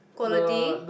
quality